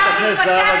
אתה יודע את זה.